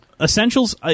Essentials